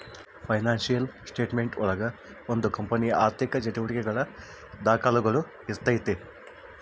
financial statement ಒಳಗ ಒಂದು ಕಂಪನಿಯ ಆರ್ಥಿಕ ಚಟುವಟಿಕೆಗಳ ದಾಖುಲುಗಳು ಇರ್ತೈತಿ